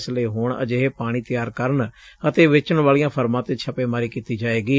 ਇਸ ਲਈ ਹੁਣ ਅਜਿਹੇ ਪਾਣੀ ਤਿਆਰ ਕਰਨ ਅਤੇ ਵੇਚਣ ਵਾਲੀਆਂ ਫਰਮਾਂ ਤੇ ਛਾਪੇਮਾਰੀ ਕੀਤੀ ਜਾਏਗੀ